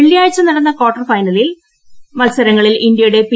വെള്ളിയാഴ്ച നടന്ന quarter final മത്സരങ്ങളിൽ ഇന്ത്യയുടെ പി